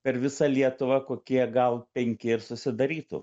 per visą lietuvą kokie gal penki ir susidarytų